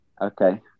okay